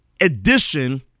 edition